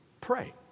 Pray